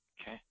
Okay